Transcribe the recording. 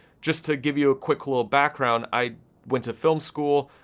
just to give you a quick little background, i went to film school,